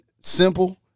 Simple